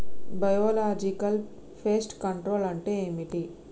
Biological pest control అంటే ఏమిటి?